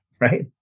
Right